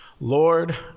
Lord